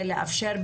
כדי לאפשר,